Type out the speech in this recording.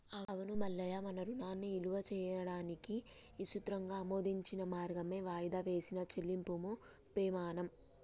అవును మల్లయ్య మన రుణాన్ని ఇలువ చేయడానికి ఇసృతంగా ఆమోదించబడిన మార్గమే వాయిదా వేసిన చెల్లింపుము పెమాణం